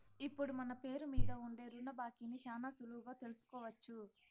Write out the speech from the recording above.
ఇప్పుడు మన పేరు మీద ఉండే రుణ బాకీని శానా సులువుగా తెలుసుకోవచ్చు